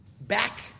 back